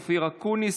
אופיר אקוניס,